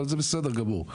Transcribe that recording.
אבל זה בסדר גמור.